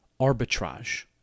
arbitrage